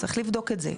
צריך לבדוק את זה.